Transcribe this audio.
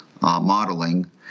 modeling